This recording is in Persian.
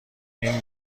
این